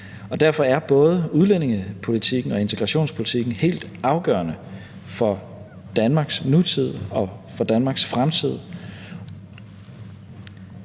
Derfor er både udlændingepolitikken og integrationspolitikken helt afgørende for Danmarks nutid og for Danmarks fremtid.